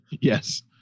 Yes